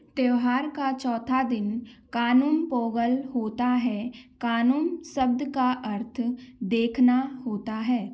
त्यौहार का चौथा दिन कानुम पोंगल होता है कानुम शब्द का अर्थ देखना होता है